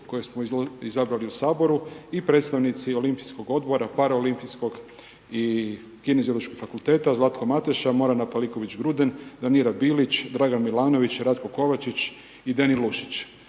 koje smo izabrali u Saboru i predstavnici Olimpijskog odbora, paraolimpijskog i Kineziološkog fakulteta, Zlatko Mateša, Morana Paliković Gruden, Danira Bilić, Dragan Milanović, Ratko Kovačić i Deni Lušić.